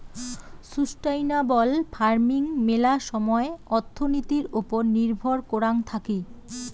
sustainable farming মেলা সময় অর্থনীতির ওপর নির্ভর করাং থাকি